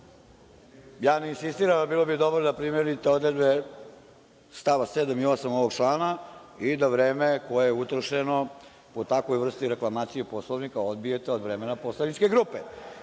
ja ne insistiram, ali bilo bi dobro da primenite odredbe stava 7. i 8. ovog člana i da vreme koje je utrošeno u takvoj vrsti reklamacije Poslovnika odbijete od vremena poslaničke grupe.